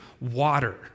water